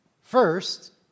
First